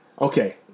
okay